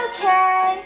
Okay